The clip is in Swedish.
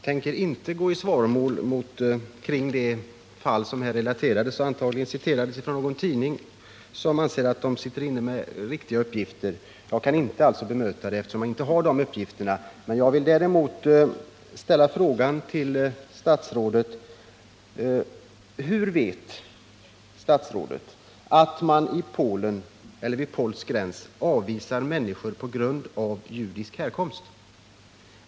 Herr talman! Jag tänker inte gå i svaromål beträffande det fall som här relaterades och antagligen byggde på uppgifter i någon tidning, som anser att den sitter inne med riktiga uppgifter. Jag kan inte bemöta detta, eftersom jag inte har de uppgifterna. Jag vill däremot ställa frågan till statsrådet: Hur vet statsrådet att man vid polsk gräns avvisar människor på grund av deras judiska härkomst?